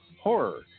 horror